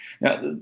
Now